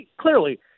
Clearly